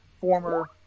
former